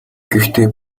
гэхдээ